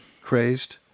crazed